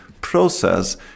process